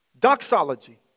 Doxology